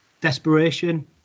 desperation